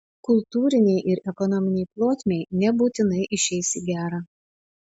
kultūrinei ir ekonominei plotmei nebūtinai išeis į gerą